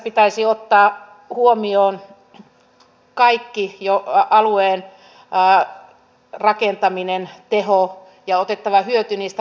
passiivista työttömyyttä yritetään muuttaa aktiiviseksi työttömyyden hoidoksi ja toisaalta nuorisotakuuta yritetään kehittää yhteisötakuun suuntaan